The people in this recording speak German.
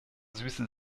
süße